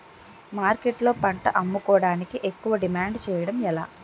మార్కెట్లో పంట అమ్ముకోడానికి ఎక్కువ డిమాండ్ చేయడం ఎలా?